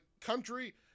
country